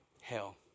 hell